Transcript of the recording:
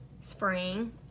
spring